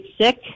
Sick